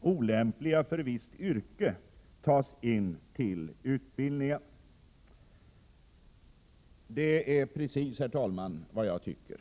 olämpliga för visst yrke tas in till utbildningen.” Det, herr talman, är precis vad jag tycker.